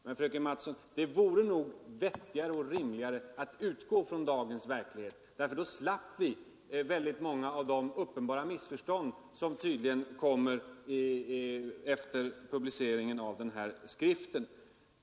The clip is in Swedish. Men, fröken Mattson, det vore nog vettigare och rimligare att utgå från dagens verklighet. Då sluppe vi många av de uppenbara missförstånd som uppkommit efter publiceringen av skriften.